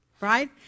right